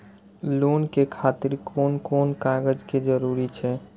Loan के खातिर कोन कोन कागज के जरूरी छै?